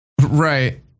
Right